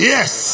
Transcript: Yes